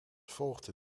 volgde